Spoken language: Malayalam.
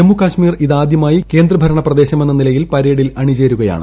ജമ്മു കാശ്മീർ ഇതാദൃമായി കേന്ദ്ര ഭൂര്ണ്ട് പ്രദേശമെന്ന നിലയിൽ പരേഡിൽ അണി ചേരുകയാണ്